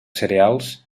cereals